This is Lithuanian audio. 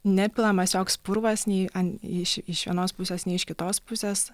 nepilamas joks purvas nei iš iš vienos pusės nei iš kitos pusės